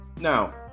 Now